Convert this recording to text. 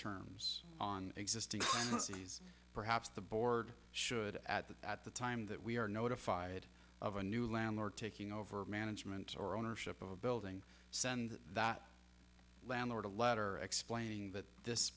terms on existing nazis perhaps the board should add that at the time that we are notified of a new landlord taking over management or ownership of a building send that landlord a letter explaining that this